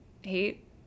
hate